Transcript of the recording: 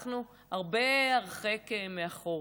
אנחנו הרבה, הרחק מאחור.